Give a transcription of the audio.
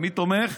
ומי תמך?